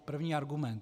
První argument.